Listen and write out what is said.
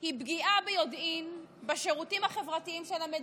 היא פגיעה ביודעין בשירותים החברתיים של המדינה,